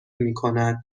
میکند